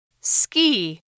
Ski